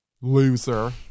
loser